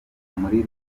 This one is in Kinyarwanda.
muri